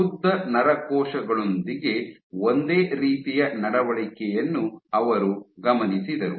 ಪ್ರಬುದ್ಧ ನರಕೋಶಗಳೊಂದಿಗೆ ಒಂದೇ ರೀತಿಯ ನಡವಳಿಕೆಯನ್ನು ಅವರು ಗಮನಿಸಿದರು